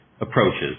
approaches